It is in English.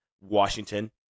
Washington